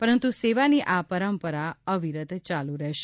પરંતુ સેવાની આ પરંપરા અવિરત ચાલુ રહેશે